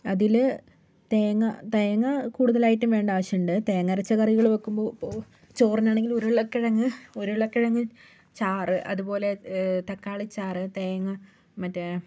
അതിൽ തേങ്ങ തേങ്ങ കൂടുതലായിട്ടും വേണ്ട ആവശ്യമുണ്ട് തേങ്ങയരച്ച കറികൾ വയ്ക്കുമ്പോൾ ചോറിനാണെങ്കിൽ ഉരുളക്കിഴങ്ങ് ഉരുളക്കിഴങ്ങ് ചാറ് അതുപോലെ തക്കാളിച്ചാറ് തേങ്ങ മറ്റേ